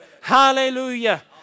hallelujah